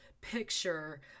picture